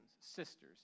sisters